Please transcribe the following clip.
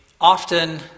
Often